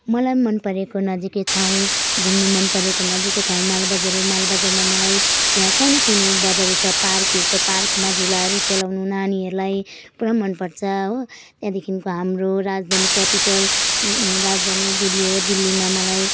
मलाई मनपरेको नजिकै ठाउँ घुम्नु मनपरेको नजिकै ठाउँ मालबजार हो मालबजारमा मलाई त्यहाँ सानोतिनो बजारहरू छ पार्कहरू छ पार्कमा झुलाहरू खेलाउनु नानीहरूलाई पुरा मनपर्छ हो त्यहाँदेखिको हाम्रो राजधानी क्यापिटल राजधानी दिल्ली हो दिल्लीमा मलाई